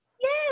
Yes